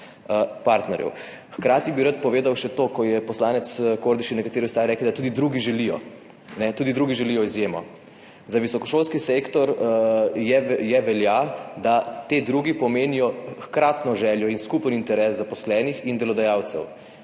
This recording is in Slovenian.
Hkrati bi rad povedal še to, ko so poslanec Kordiš in ostali rekli, da tudi drugi želijo izjemo. Za visokošolski sektor velja, da ti drugi pomenijo hkratno željo in skupen interes zaposlenih in delodajalcev.